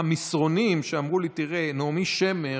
מסרונים שבהם אמרו לי: תראה, נעמי שמר,